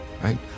right